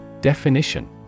Definition